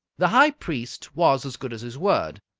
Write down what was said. the high priest was as good as his word.